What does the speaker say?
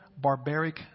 barbaric